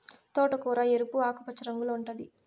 తోటకూర ఎరుపు, ఆకుపచ్చ రంగుల్లో ఉంటాది